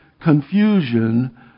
confusion